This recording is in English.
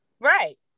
right